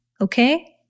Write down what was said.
okay